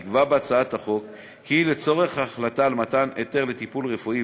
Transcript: נקבע בהצעת החוק כי לצורך החלטה על מתן היתר לטיפול רפואי,